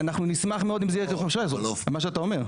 אנחנו נשמח מאוד אם זה יהיה --- מה שאתה אומר.